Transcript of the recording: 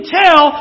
tell